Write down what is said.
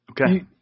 Okay